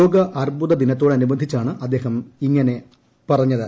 ലോക അർബുദ ദിനത്തോടനുബന്ധിച്ചാണ് അദ്ദേഹം ഇതു പറഞ്ഞത്